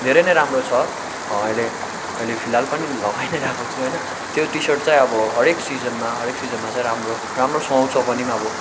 धेरै नै राम्रो छ अहिले अहिले फिलहाल पनि लगाई नै रहेको छु होइन त्यो टी सर्ट चाहिँ अब हरेक सिजनमा हरेक सिजनमा चाहिँ राम्रो राम्रो सुहाउँछ पनि अब